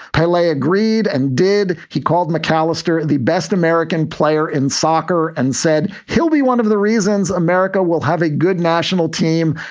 pele agreed and did. he called macallister the best american player in soccer and said he'll be one of the reasons america will have a good national team.